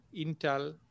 Intel